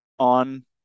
on